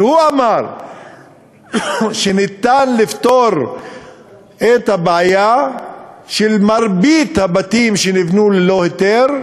והוא אמר שניתן לפתור את הבעיה של מרבית הבתים שנבנו ללא היתר,